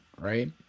right